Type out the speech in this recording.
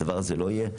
הדבר הזה לא יהיה.